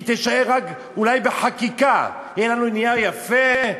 היא תישאר אולי בחקיקה, יהיה לנו נייר יפה,